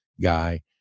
guy